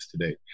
today